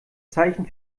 zeichen